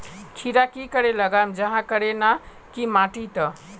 खीरा की करे लगाम जाहाँ करे ना की माटी त?